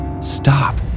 Stop